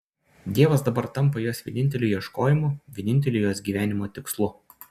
dievas dabar tampa jos vieninteliu ieškojimu vieninteliu jos gyvenimo tikslu